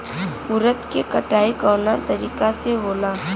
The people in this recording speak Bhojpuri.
उरद के कटाई कवना तरीका से होला?